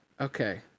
okay